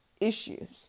issues